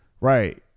Right